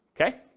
okay